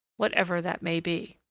whatever that may be.